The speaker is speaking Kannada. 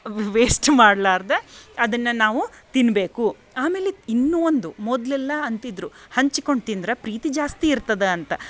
ವೇಸ್ಟ್ ಮಾಡ್ಲಾರದ ಅದನ್ನು ನಾವು ತಿನ್ಬೇಕು ಆಮೇಲೆ ಇನ್ನು ಒಂದು ಮೊದಲೆಲ್ಲ ಅಂತಿದ್ದರು ಹಂಚಿಕೊಂಡು ತಿಂದ್ರೆ ಪ್ರೀತಿ ಜಾಸ್ತಿ ಇರ್ತದೆ ಅಂತ